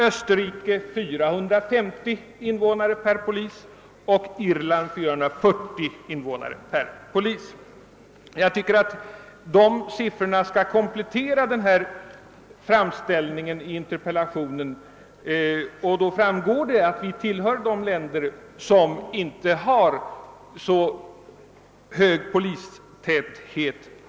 Österrike har 450 och Irland 440 invånare per polis. Jag tycker att dessa siffror kan komplettera framställningen i interpellationssvaret. Det framgår av dem att vi ändå inte tillhör de länder som har särskilt hög polistäthet.